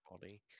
body